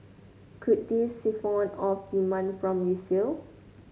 could this siphon off demand from resale